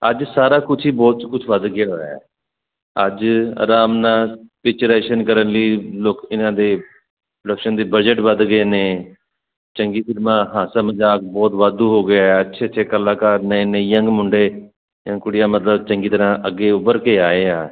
ਅੱਜ ਸਾਰਾ ਕੁਝ ਹੀ ਬਹੁਤ ਕੁਝ ਵੱਧ ਗਿਆ ਹੋਇਆ ਅੱਜ ਆਰਾਮ ਨਾਲ ਪਿਕਚਰੈਜਸਾਂ ਕਰਨ ਲਈ ਲੋਕ ਇਹਨਾਂ ਦੇ ਬਜਟ ਵੱਧ ਗਏ ਨੇ ਚੰਗੀ ਫਿਲਮਾਂ ਹਾਸਲ ਪੰਜਾਬ ਬਹੁਤ ਵਾਧੂ ਹੋ ਗਏ ਆ ਅੱਛੇ ਅੱਛੇ ਇਕੱਲਾ ਘਰ ਨੇ ਯੰਗ ਮੁੰਡੇ ਜਾਂ ਕੁੜੀਆਂ ਮਤਲਬ ਚੰਗੀ ਤਰ੍ਹਾਂ ਅੱਗੇ ਉਭਰ ਕੇ ਆਏ ਆ